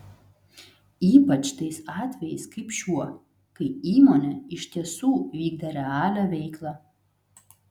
ypač tais atvejais kaip šiuo kai įmonė iš tiesų vykdė realią veiklą